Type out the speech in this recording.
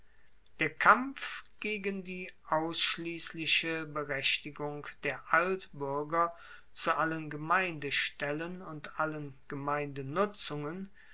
der kampf gegen die ausschliessliche berechtigung der altbuerger zu allen gemeindestellen und allen